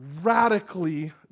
radically